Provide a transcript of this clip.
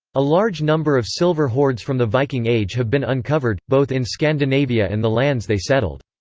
a large number of silver hoards from the viking age have been uncovered, both in scandinavia and the lands they settled.